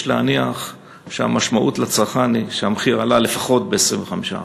יש להניח שהמשמעות לצרכן היא שהמחיר עלה לפחות ב-25%".